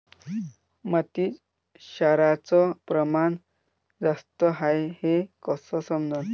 मातीत क्षाराचं प्रमान जास्त हाये हे कस समजन?